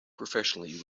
professionally